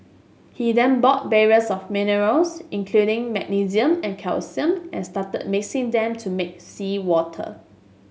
he then bought barrels of minerals including magnesium and calcium and started mixing them to make seawater